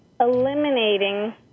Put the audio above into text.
eliminating